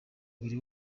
buri